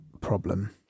problem